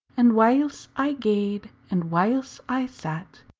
and whiles i gaed, and whiles i sat,